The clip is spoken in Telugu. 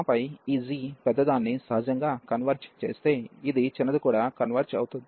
ఆ పై ఈ g పెద్దదాన్ని సహజంగా కన్వెర్జ్ చేస్తే ఇది చిన్నది కూడా కన్వెర్జ్ అవుతుంది